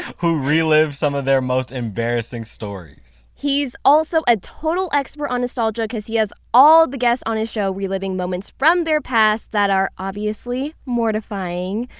who relive some of their most embarrassing stories he's also a total expert on nostalgia, because he has all the guests on his show reliving moments from their past that are obviously mortifying.